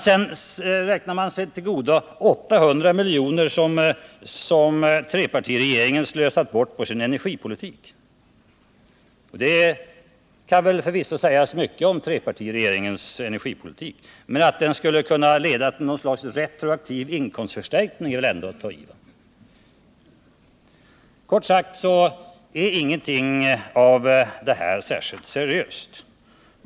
Sedan räknar man sig till godo 800 miljoner som trepartiregeringen har slösat bort på sin energipolitik. Det kan förvisso sägas mycket om trepartiregeringens energipolitik, men att den skulle kunna leda till något slags retroaktiv inkomstförstärkning är väl ändå att ta i. Kort sagt är ingenting av det här särskilt seriöst.